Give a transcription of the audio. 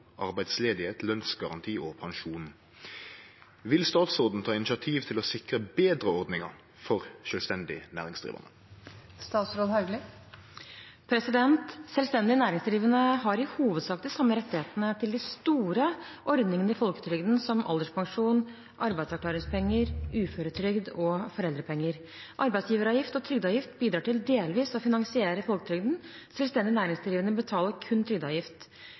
arbeidsledighet, lønnsgaranti og pensjon. Vil statsråden ta initiativ til å sikre bedre ordninger for selvstendig næringsdrivende?» Selvstendig næringsdrivende har i hovedsak de samme rettighetene til de store ordningene i folketrygden som alderspensjon, arbeidsavklaringspenger, uføretrygd og foreldrepenger. Arbeidsgiveravgift og trygdeavgift bidrar til delvis å finansiere folketrygden. Selvstendig næringsdrivende betaler kun trygdeavgift.